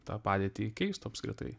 tą padėtį keistų apskritai